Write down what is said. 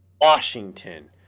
Washington